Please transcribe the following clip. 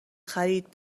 خرید